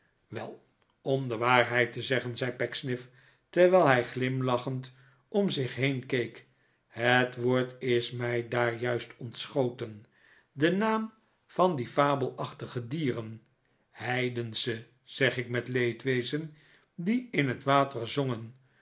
wel om de waarheid te zeggen zei pecksniff terwijl hij glimlachend om zich heen keek het woord is mij daar juist ontschoten den naam van die fabelachtige dieren heidensche zeg ik met leedwezen die in het water zongen